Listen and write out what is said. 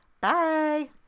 Bye